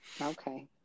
okay